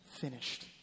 finished